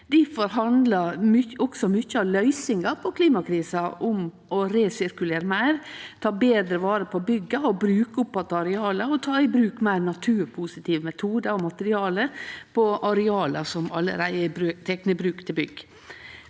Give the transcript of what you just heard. Difor handlar også mykje av løysinga på klimakrisa om å resirkulere meir, ta betre vare på bygga, bruke opp att areala og ta i bruk meir naturpositive metodar og materialar på areal som allereie er tekne i bruk til bygg.